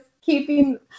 keeping